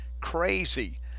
Crazy